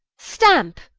stampe,